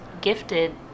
gifted